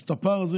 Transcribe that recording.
אז את הפער הזה,